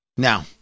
Now